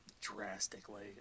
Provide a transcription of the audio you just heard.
drastically